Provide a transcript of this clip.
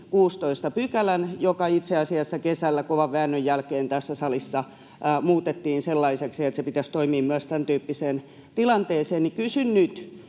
16 §:n, joka itse asiassa kesällä kovan väännön jälkeen tässä salissa muutettiin sellaiseksi, että sen pitäisi toimia myös tämäntyyppiseen tilanteeseen. Kysyn nyt: